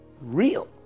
real